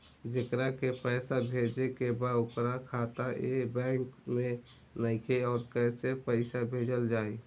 जेकरा के पैसा भेजे के बा ओकर खाता ए बैंक मे नईखे और कैसे पैसा भेजल जायी?